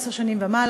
עשר שנים ומעלה,